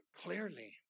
clearly